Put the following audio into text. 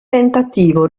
tentativo